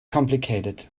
complicated